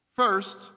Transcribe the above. First